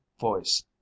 voice